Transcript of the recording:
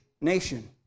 nation